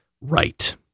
right